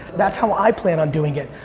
that's how i plan on doing it.